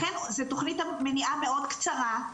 לכן זה תוכנית מניעה מאוד קצרה,